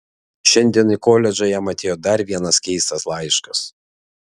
šiandien į koledžą jam atėjo dar vienas keistas laiškas